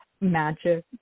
magic